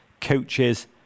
coaches